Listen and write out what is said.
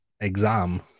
exam